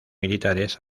militares